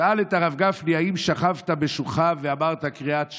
הוא שאל את הרב גפני: האם שכבת בשוחה ואמרת קריאת שמע?